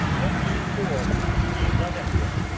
let me quote dean rajan here,